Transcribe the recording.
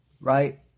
right